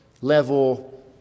level